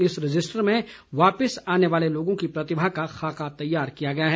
इस रजिस्टर में वापिस आने वाले लोगों की प्रतिभा का खाका तैयार किया गया है